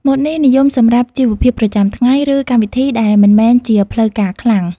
ម៉ូតនេះនិយមសម្រាប់ជីវភាពប្រចាំថ្ងៃ ឬកម្មវិធីដែលមិនមែនជាផ្លូវការខ្លាំង។